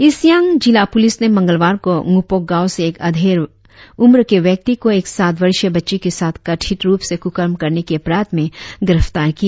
east Siang जिला police ने मंगलवार को डूपोक गांव से एक अधेड़ उम्र के व्यक्ति को एक सात वर्षिय बच्ची के साथ कथित रुप से क्रकर्म करने के अपराध में गिरफ्तार किया